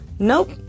Nope